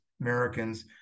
Americans